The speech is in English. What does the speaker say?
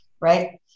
right